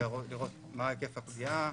לראות מה היקף הפגיעה,